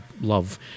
love